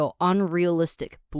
unrealistic